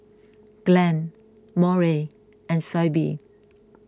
Glenn Moira and Syble